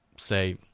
say